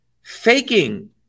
faking